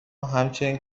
همچنین